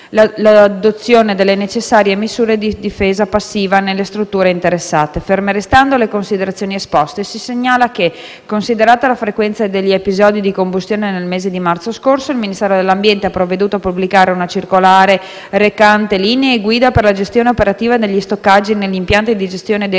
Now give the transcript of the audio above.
l'adozione delle necessarie misure di difesa passiva nelle strutture interessate. Ferme restando le considerazioni esposte si segnala che, considerata la frequenza degli episodi di combustione, nel mese di marzo scorso il Ministero dell'ambiente ha provveduto a pubblicare una circolare recante «Linee guida per la gestione operativa degli stoccaggi negli impianti di gestione dei